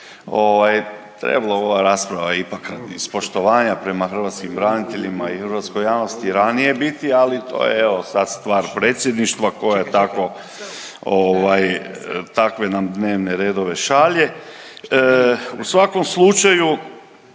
Trebala je ova rasprava ipak iz poštovanja prema hrvatskim braniteljima i hrvatskoj javnosti ranije biti, ali to je evo sad stvar Predsjedništva koje nam takve dnevne redove šalje. U svakom slučaju